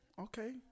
Okay